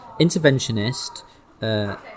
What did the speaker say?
interventionist